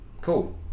cool